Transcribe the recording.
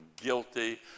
guilty